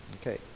Okay